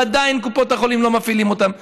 ועדיין קופות החולים לא מפעילות אותם.